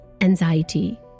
anxiety